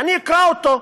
ואני אקרא אותו.